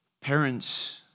parents